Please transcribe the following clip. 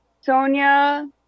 sonia